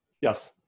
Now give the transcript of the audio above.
Yes